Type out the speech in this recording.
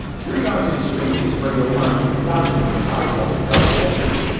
curiositystream is where you'll find thousands of high quality documentaries.